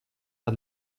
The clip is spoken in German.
der